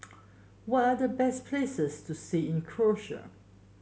what are the best places to see in Croatia